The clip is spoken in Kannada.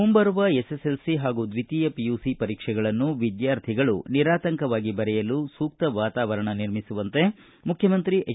ಮುಂಬರುವ ಎಸ್ಸೆಸ್ಲಿ ಹಾಗೂ ದ್ವಿತೀಯ ಪಿಯುಸಿ ಪರೀಕ್ಷೆಗಳನ್ನು ವಿದ್ವಾರ್ಥಿಗಳು ನಿರಾತಂಕವಾಗಿ ಬರೆಯಲು ಸೂಕ್ತ ವಾತಾವರಣ ನಿರ್ಮಿಸುವಂತೆ ಮುಖ್ಯಮಂತ್ರಿ ಎಚ್